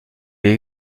les